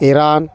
Iran